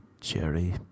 Jerry